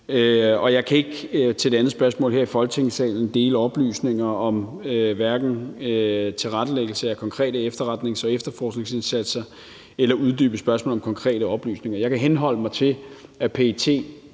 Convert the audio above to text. Jeg kan ikke til det andet spørgsmål her i Folketingssalen dele oplysninger om tilrettelæggelse af konkrete efterretnings- og efterforskningsindsatser eller uddybe spørgsmål om konkrete oplysninger. Jeg kan henholde mig til, at PET